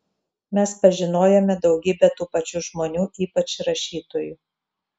mes pažinojome daugybę tų pačių žmonių ypač rašytojų